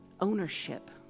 ownership